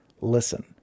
listen